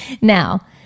Now